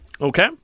Okay